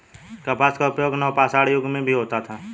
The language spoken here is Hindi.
कपास का उपयोग नवपाषाण युग में भी होता था